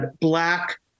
black